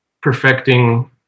perfecting